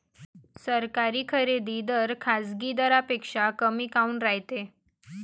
सरकारी खरेदी दर खाजगी दरापेक्षा कमी काऊन रायते?